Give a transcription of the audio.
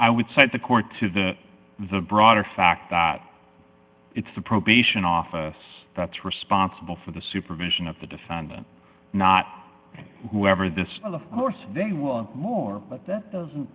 i would cite the court to the broader fact that it's the probation office that's responsible for the supervision of the defendant not whoever this of course they want more but that doesn't